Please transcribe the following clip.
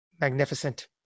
Magnificent